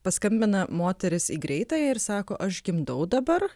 paskambina moteris į greitąją ir sako aš gimdau dabar